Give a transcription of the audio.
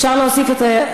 אפשר להוסיף אותי?